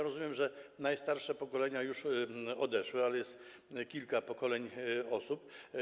Rozumiem, że najstarsze pokolenia już odeszły, ale jest to i tak kilka pokoleń osób.